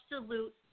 absolute